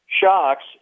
shocks